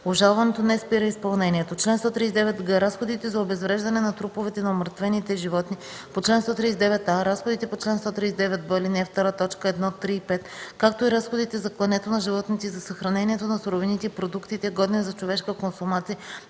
Обжалването не спира изпълнението. Чл. 139г. Разходите за обезвреждане на труповете на умъртвените животни по чл. 139а, разходите по чл. 139б, ал. 2, т. 1, 3 и 5, както и разходите за клането на животните и за съхранението на суровините и продуктите, годни за човешка консумация,